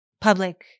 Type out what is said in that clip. public